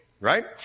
right